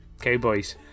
cowboys